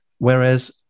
Whereas